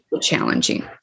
Challenging